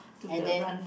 and then